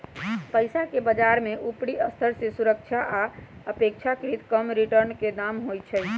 पइसाके बजार में उपरि स्तर के सुरक्षा आऽ अपेक्षाकृत कम रिटर्न के दाम होइ छइ